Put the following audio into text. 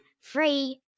free